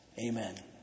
Amen